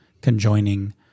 conjoining